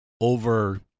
over